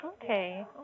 Okay